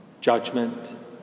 judgment